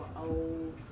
old